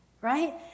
right